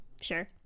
sure